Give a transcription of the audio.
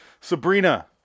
Sabrina